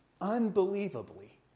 unbelievably